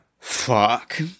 Fuck